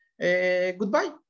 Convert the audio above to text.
Goodbye